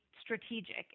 strategic